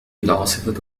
العاصفة